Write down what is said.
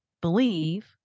believe